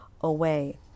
away